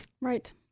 Right